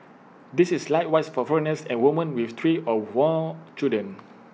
this is likewise for foreigners and women with three or more children